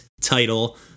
title